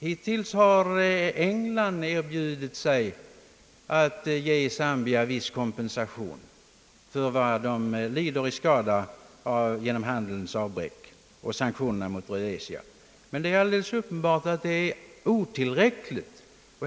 Hittills har England erbjudit sig att ge Zambia viss kompensation för vad det fått lida skada genom handelsavbräck och sanktionerna mot Rhodesia. Det är dock alldeles uppenbart att denna kompensation är otillräcklig.